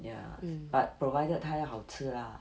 ya but provided 他要好吃 lah